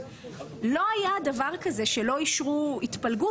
לא היה דבר כזה שלא אישרו התפלגות.